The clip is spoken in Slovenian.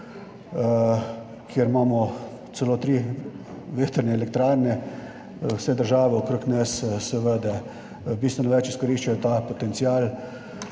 kjer imamo celo tri vetrne elektrarne. Vse države okrog nas seveda bistveno bolj izkoriščajo ta potencial.